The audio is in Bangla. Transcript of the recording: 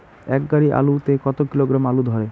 এক গাড়ি আলু তে কত কিলোগ্রাম আলু ধরে?